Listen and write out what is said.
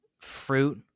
fruit